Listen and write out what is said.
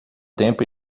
tempo